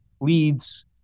leads